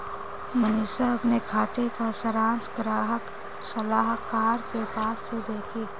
मनीषा अपने खाते का सारांश ग्राहक सलाहकार के पास से देखी